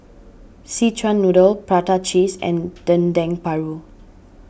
Szechuan Noodle Prata Cheese and Dendeng Paru